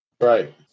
right